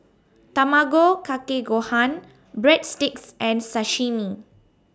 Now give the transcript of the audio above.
Tamago Kake Gohan Breadsticks and Sashimi